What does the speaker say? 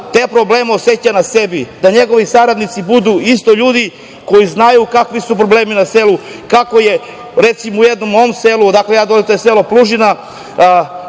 te probleme oseća na sebi, da njegovi saradnici budu isto ljudi koji znaju kakvi su problemi na selu, kako je, recimo, u jednom mom selu, a to je selo Plužina,